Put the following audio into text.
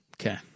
Okay